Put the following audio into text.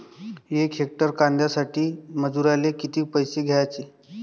यक हेक्टर कांद्यासाठी मजूराले किती पैसे द्याचे?